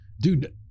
Dude